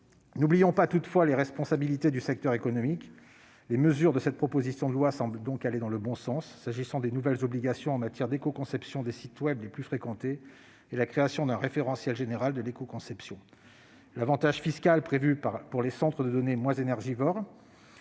N'oublions pas toutefois les responsabilités du secteur économique. Les mesures de cette proposition de loi semblent donc aller dans le bon sens s'agissant des nouvelles obligations en matière d'écoconception des sites web les plus fréquentés, de la création d'un référentiel général de l'écoconception, de l'avantage fiscal prévu pour les centres de données moins énergivores